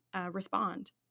respond